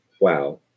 Wow